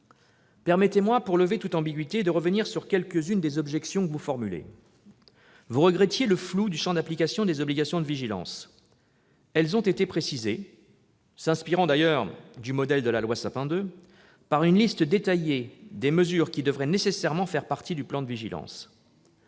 Permettez-moi, pour lever toute ambiguïté, de revenir sur quelques-unes des objections que vous formulez. Vous regrettiez le flou du champ d'application des obligations de vigilance. Il a été précisé, sur le modèle de la loi Sapin II, par une liste détaillée des mesures qui devraient nécessairement faire partie du plan de vigilance.